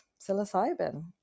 psilocybin